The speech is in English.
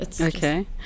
Okay